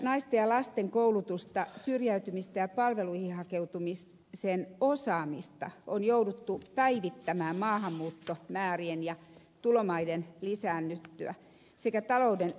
naisten ja lasten koulutusta syrjäytymistä ja palveluihin hakeutumisen osaamista on jouduttu päivittämään maahanmuuttomäärien ja tulomaiden lisäännyttyä sekä talouden äkkiä taannuttua